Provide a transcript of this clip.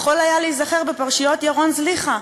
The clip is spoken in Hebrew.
יכול היה להיזכר בפרשיות ירון זליכה,